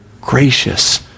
gracious